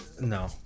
no